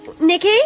Nikki